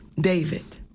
David